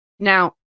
Now